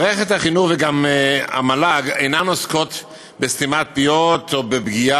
מערכת החינוך וגם המל"ג אינן עוסקות בסתימת פיות ובפגיעה